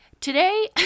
Today